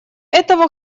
этого